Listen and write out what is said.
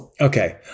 Okay